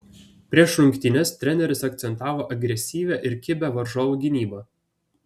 prieš rungtynes treneris akcentavo agresyvią ir kibią varžovų gynybą